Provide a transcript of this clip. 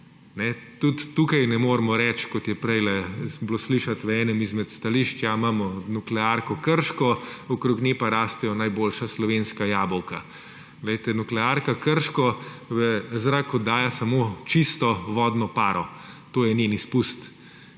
Tudi tukaj ne moremo reči, kot je prej bilo slišati v enem izmed stališč, ja, imamo nuklearko Krško okoli nje pa rastejo najboljša slovenska jabolka. Poglejte, nuklearka Krško v zrak oddaja samo čisto vodno paro. To je njen izpust,